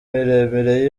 miremire